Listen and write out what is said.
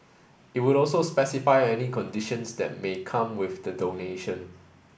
it would also specify any conditions that may come with the donation